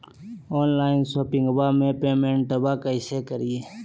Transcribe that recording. Online शोपिंगबा में पेमेंटबा कैसे करिए?